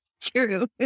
True